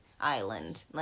Island